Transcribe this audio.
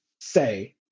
say